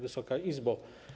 Wysoka Izbo!